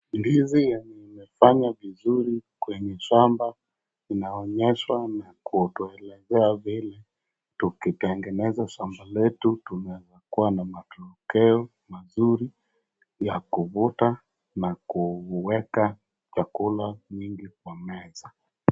Ndizi yenye imefanya vizuri kwenye shamba inaonyeshwa na kutuelezea vile tukitengeneza shamba letu tunakuwa na matokeo mazuri ya kuvuta na kuweka chakula kwa meza.